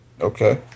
Okay